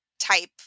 type